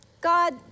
God